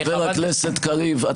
חבר הכנסת קריב,